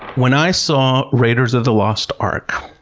when i saw raiders of the lost ark,